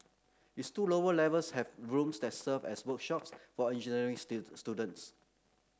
its two lower levels have rooms that serve as workshops for engineering students